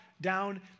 down